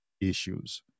issues